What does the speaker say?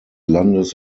landes